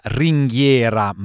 ringhiera